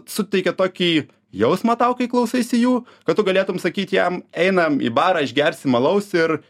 suteikia tokį jausmą tau kai klausaisi jų kad tu galėtum sakyt jam einam į barą išgersim alaus ir